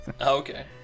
Okay